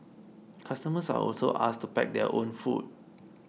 customers are also asked to pack their own food